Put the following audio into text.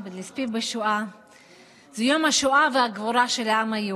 ובנסיעה של כמה ימים הביאו אותם למחנה